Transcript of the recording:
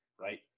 right